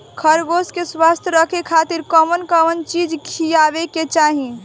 खरगोश के स्वस्थ रखे खातिर कउन कउन चिज खिआवे के चाही?